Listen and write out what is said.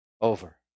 over